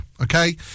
okay